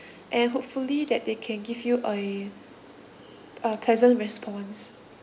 and hopefully that they can give you uh a pleasant response